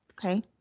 Okay